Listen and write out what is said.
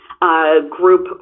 group